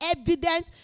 evident